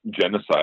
genocide